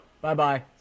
Bye-bye